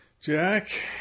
Jack